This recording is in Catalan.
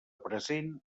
present